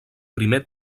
primer